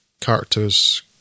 character's